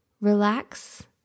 Relax